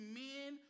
men